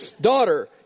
Daughter